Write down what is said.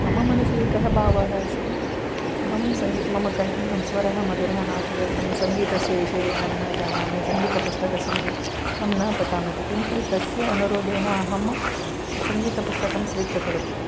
मम मनसि एकः भावः अस्ति अहं मम स्वरः मधुरः नास्ति तदर्थं सङ्गीतस्य विषये अहं न जानामि सङ्गीतपुस्तकस्य विषये अहं न पठामि किन्तु तस्य अनुरोधेन अहं सङ्गीतपुस्तकं स्वीकृतवती